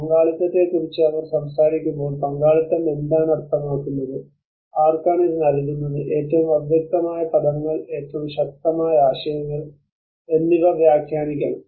പങ്കാളിത്തത്തെക്കുറിച്ച് അവർ സംസാരിക്കുമ്പോൾ പങ്കാളിത്തം എന്താണ് അർത്ഥമാക്കുന്നത് ആർക്കാണ് ഇത് നൽകുന്നത് ഏറ്റവും അവ്യക്തമായ പദങ്ങൾ ഏറ്റവും ശക്തമായ ആശയങ്ങൾ എന്നിവ വ്യാഖ്യാനിക്കണം